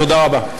תודה רבה.